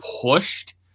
pushed